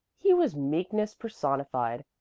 he was meekness personified.